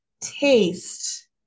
taste